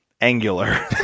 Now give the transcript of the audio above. angular